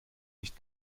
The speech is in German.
nicht